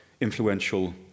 influential